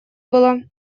было